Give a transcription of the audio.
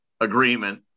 agreement